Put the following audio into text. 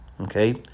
Okay